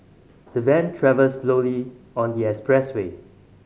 the van travelled slowly on the expressway